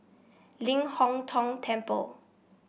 Ling Hong Tong Temple